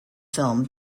film